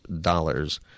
dollars